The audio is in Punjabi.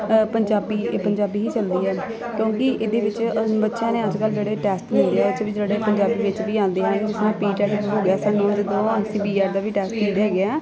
ਪੰਜਾਬੀ ਪੰਜਾਬੀ ਹੀ ਚੱਲਦੀ ਹੈ ਕਿਉਂਕਿ ਇਹਦੇ ਵਿੱਚ ਬੱਚਿਆਂ ਨੂੰ ਅੱਜ ਕੱਲ੍ਹ ਜਿਹੜੇ ਟੈਸਟ ਮਿਲਦੇ ਹੈ ਉਹ 'ਚ ਵੀ ਜਿਹੜੇ ਪੰਜਾਬੀ ਵਿੱਚ ਵੀ ਆਉਂਦੇ ਹਨ ਜਿਸਨੂੰ ਪੀਟੈਟ ਹੋ ਗਿਆ ਸਾਨੂੰ ਜਦੋਂ ਅਸੀਂ ਬੀ ਐਡ ਦਾ ਵੀ ਟੈਸਟ ਦਿੰਦੇ ਹੈਗੇ ਹਾਂ